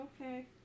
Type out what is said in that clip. Okay